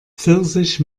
pfirsich